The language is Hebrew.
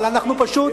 אבל אנחנו פשוט,